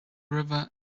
river